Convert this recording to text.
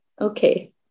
Okay